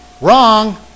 Wrong